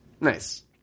Nice